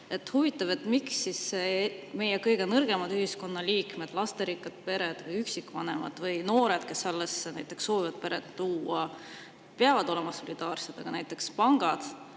Huvitav, miks siis meie kõige nõrgemad ühiskonnaliikmed, lasterikkad pered, üksikvanemad ja noored, kes alles soovivad peret luua, peavad olema solidaarsed, aga näiteks pangad